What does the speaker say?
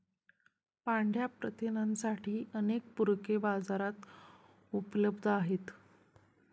पांढया प्रथिनांसाठीही अनेक पूरके बाजारात उपलब्ध आहेत